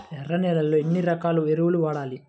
ఎర్ర నేలలో ఏ రకం ఎరువులు వాడాలి?